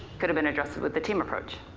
could have been addressed with the team approach.